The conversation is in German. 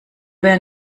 wer